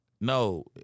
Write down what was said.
No